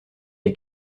est